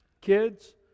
Kids